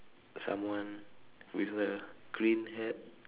someone with a green hat